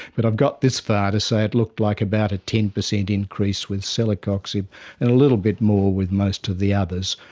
but i've got this far to say it looked like about a ten percent increase with celecoxib and a little bit more with most of the others.